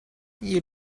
you